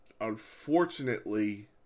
unfortunately